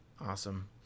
Awesome